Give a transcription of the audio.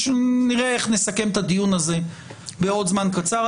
נראה איך נסכם את הדיון הזה בעוד זמן קצר.